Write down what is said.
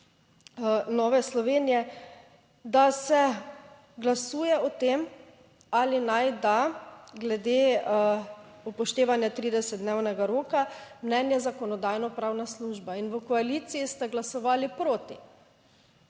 Nove Slovenije, da se glasuje o tem ali naj da glede upoštevanja 30-dnevnega roka mnenje Zakonodajno-pravna služba in v koaliciji ste glasovali proti.